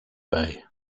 bay